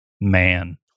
Man